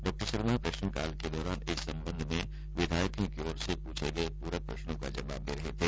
डॉ शर्मा प्रश्नकाल के दौरान इस संबंध में विधायकों की ओर से पूछे गए पूरक प्रश्नों का जवाब दे रहे थे